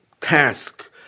task